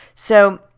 so